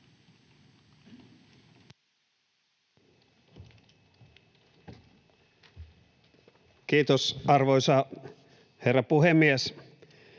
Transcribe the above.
Kiitos, arvoisa herra puhemies!